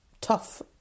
tough